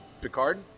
Picard